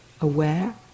aware